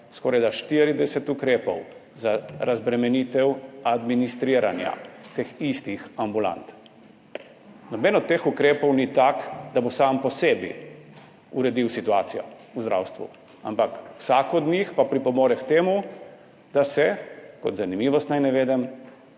skorajda 40 ukrepov za razbremenitev administriranja teh istih ambulant. Noben od teh ukrepov ni tak, da bo sam po sebi uredil situacijo v zdravstvu, ampak vsak od njih pa pripomore k temu, da se, kot zanimivost naj navedem,